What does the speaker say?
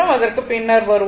அதற்கு பின்னர் வருவோம்